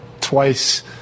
Twice